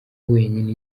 wenyine